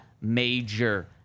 major